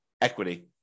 equity